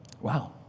Wow